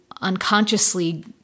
unconsciously